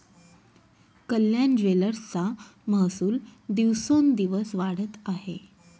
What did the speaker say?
कल्याण ज्वेलर्सचा महसूल दिवसोंदिवस वाढत आहे